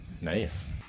Nice